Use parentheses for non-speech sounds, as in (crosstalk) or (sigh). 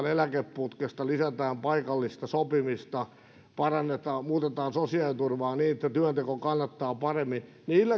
(unintelligible) eläkeputkesta lisätään paikallista sopimista muutetaan sosiaaliturvaa niin että työnteko kannattaa paremmin niillä keinoilla syntyy aidosti työpaikkoja